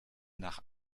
nach